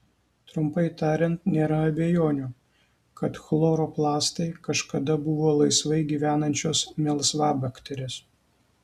trumpai tariant nėra abejonių kad chloroplastai kažkada buvo laisvai gyvenančios melsvabakterės